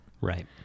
Right